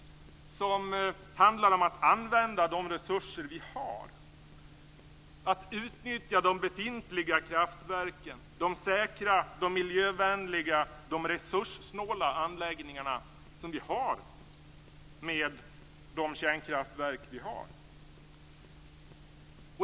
Den borde handla om att använda de resurser vi har, om att utnyttja de befintliga kraftverken - de säkra, miljövänliga och resurssnåla anläggningar vi har och de kärnkraftverk vi har.